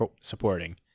supporting